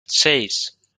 seis